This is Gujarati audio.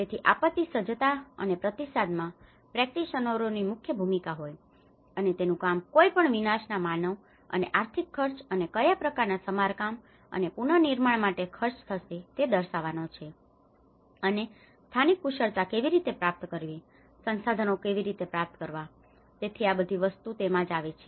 તેથી આપત્તિ સજ્જતા અને પ્રતિસાદમાં પ્રેક્ટિશનરોની મુખ્ય ભૂમિકા હોય છે અને તેનું કામ કોઈપણ વિનાશના માનવ અને આર્થિકખર્ચ અને કયા પ્રકારનાં સમારકામ અને પુનર્નિર્માણ માટે ખર્ચ થશે તે દર્શાવવાનો છે અને સ્થાનિક કુશળતા કેવી રીતે પ્રાપ્ત કરવી સંસાધનો કેવી રીતે પ્રાપ્ત કરવાં તેથી આ બધી વસ્તુઓ તેમાં જ આવે છે